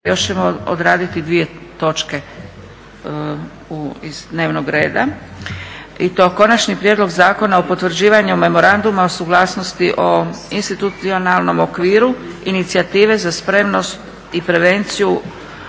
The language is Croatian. Josip (SDP)** Sljedeće je Konačni prijedlog zakona o potvrđivanju memoranduma o suglasnosti o institucionalnom okviru inicijative za spremnost i prevenciju